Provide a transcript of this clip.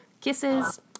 Kisses